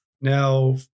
Now